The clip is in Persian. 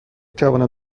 توانم